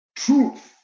Truth